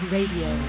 Radio